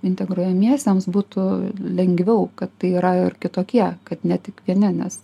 integruojamiesiems būtų lengviau kad tai yra ir kitokie kad ne tik vieni nes